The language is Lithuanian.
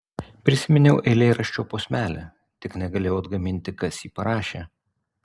prisiminiau eilėraščio posmelį tik negalėjau atgaminti kas jį parašė